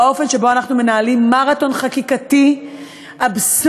באופן שבו אנחנו מנהלים מרתון חקיקתי אבסורדי,